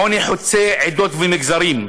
העוני חוצה עדות ומגזרים,